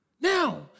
Now